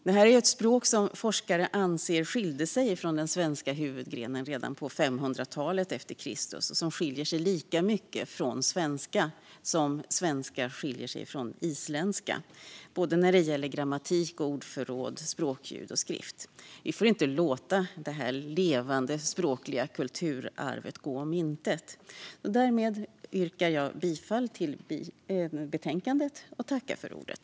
Det är ett språk som forskare anser skilde sig från den svenska huvudgrenen redan på 500-talet efter Kristus och som skiljer sig lika mycket från svenska som isländska skiljer sig från svenska när det gäller grammatik, ordförråd, språkljud och skrift. Vi får inte låta detta levande språkliga kulturarv gå om intet! Jag yrkar bifall till förslagen i betänkandet.